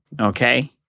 Okay